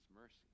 mercy